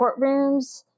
courtrooms